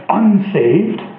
unsaved